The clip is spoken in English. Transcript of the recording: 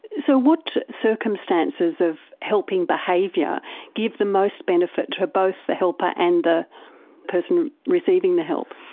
so what circumstances of helping behaviour give the most benefit to both the helper and the person receiving the help?